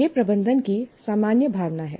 यह प्रबंधन की सामान्य भावना है